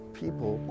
people